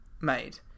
made